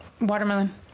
Watermelon